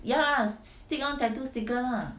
ya stick on tattoo sticker lah